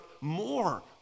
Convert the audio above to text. more